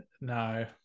No